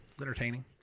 entertaining